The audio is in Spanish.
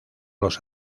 los